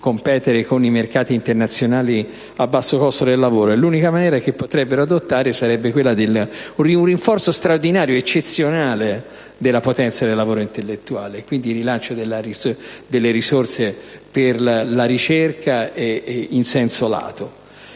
competere con i mercati internazionali a basso costo del lavoro: l'unica maniera che potrebbero adottare sarebbe quella di un rinforzo straordinario, eccezionale della potenza del lavoro intellettuale e quindi di un rilancio delle risorse per la ricerca in senso lato.